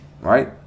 right